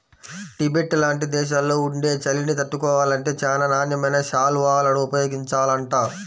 Tibet లాంటి దేశాల్లో ఉండే చలిని తట్టుకోవాలంటే చానా నాణ్యమైన శాల్వాలను ఉపయోగించాలంట